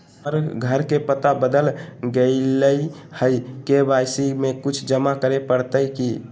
हमर घर के पता बदल गेलई हई, के.वाई.सी में कुछ जमा करे पड़तई की?